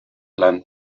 land